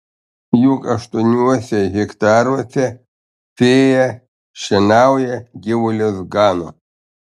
juk aštuoniuose hektaruose sėja šienauja gyvulius gano